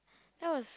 that was